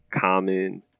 Common